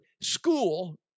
school